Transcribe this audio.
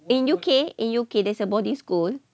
in U_K in U_K there's a boarding school